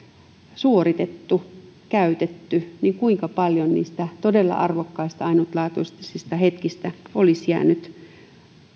suoritettu käytetty niin kuinka paljon niistä todella arvokkaista ainutlaatuisista hetkistä olisi jäänyt